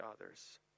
others